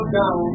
down